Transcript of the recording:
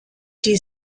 die